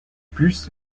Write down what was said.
plus